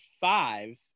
five